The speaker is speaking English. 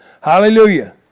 Hallelujah